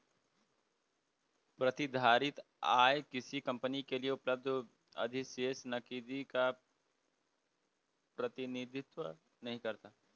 प्रतिधारित आय किसी कंपनी के लिए उपलब्ध अधिशेष नकदी का प्रतिनिधित्व नहीं करती है